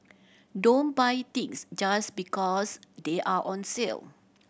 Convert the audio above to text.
don't buy things just because they are on sale